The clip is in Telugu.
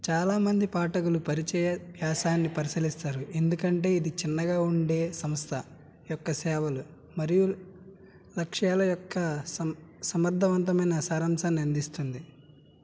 చాలా మంది పాఠకులు పరిచయ వ్యాసాన్ని పరిశీలిస్తారు ఎందుకంటే ఇది చిన్నగా ఉండే సంస్థ యొక్క సేవలు మరియు లక్ష్యాల యొక్క సమ సమర్థవంతమైన సారాంశాన్ని అందిస్తుంది